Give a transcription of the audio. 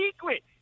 secret